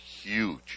huge